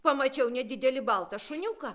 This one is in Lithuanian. pamačiau nedidelį baltą šuniuką